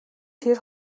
тэр